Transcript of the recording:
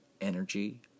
energy